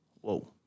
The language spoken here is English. whoa